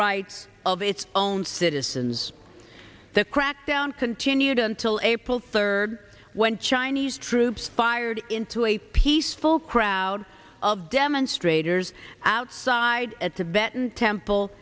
rights of its own citizens the crackdown continued until april third when chinese troops fired into a peaceful crowd of demonstrators outside at tibet and temple